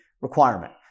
requirement